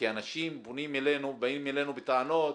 כי אנשים פונים אלינו, באים אלינו בטענות